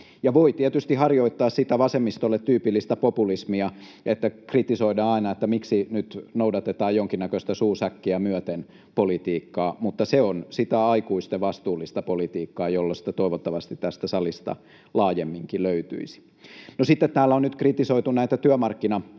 Voi tietysti harjoittaa sitä vasemmistolle tyypillistä populismia, että kritisoidaan aina, että miksi nyt noudatetaan jonkinnäköistä suu säkkiä myöten ‑politiikkaa, mutta se on sitä aikuisten vastuullista politiikkaa, jollaista toivottavasti tästä salista laajemminkin löytyisi. No, täällä on nyt kritisoitu työpolitiikkaan